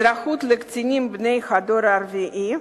אזרחות לקטינים בני הדור הרביעי),